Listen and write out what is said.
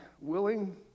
willing